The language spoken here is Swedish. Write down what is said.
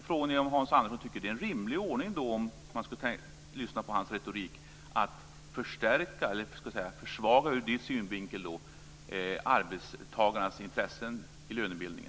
Frågan är om Hans Andersson tycker att det är en rimlig ordning - det förefaller så om man lyssnar på hans retorik - att försvaga, ur hans synvinkel, arbetstagarnas intressen i lönebildningen.